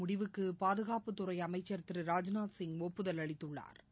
முடிவுக்குபாதுகாப்புத்துறைஅமைச்சா் திரு ராஜ்நாத் ஒப்புதல் அளித்துள்ளாா்